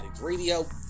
Radio